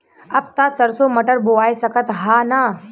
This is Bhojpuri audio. अब त सरसो मटर बोआय सकत ह न?